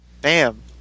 Bam